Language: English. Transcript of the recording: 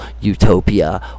utopia